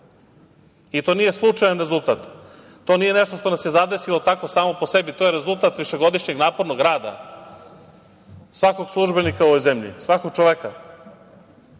i to nije slučajan rezultat. To nije nešto što nas je zadesilo takvo samo po sebi, to je rezultat višegodišnjeg napornog rada svakog službenika u ovoj zemlji, svakog čoveka,